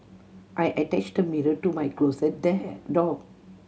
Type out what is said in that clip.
I attached the mirror to my closet dare door